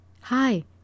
Hi